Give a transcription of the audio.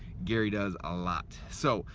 gary does a lot. so,